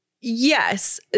Yes